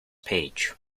page